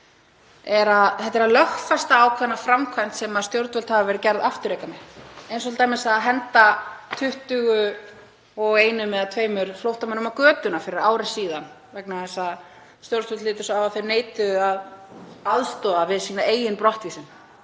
er að það lögfestir ákveðna framkvæmd sem stjórnvöld hafa verið gerð afturreka með, eins og t.d. að henda 21 eða 22 flóttamönnum á götuna fyrir ári síðan vegna þess að stjórnvöld litu svo á að þeir neituðu að aðstoða við sína eigin brottvísun.